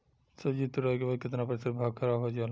सब्जी तुराई के बाद केतना प्रतिशत भाग खराब हो जाला?